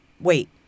wait